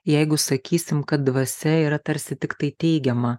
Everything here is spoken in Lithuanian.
jeigu sakysim kad dvasia yra tarsi tiktai teigiama